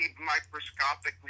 microscopically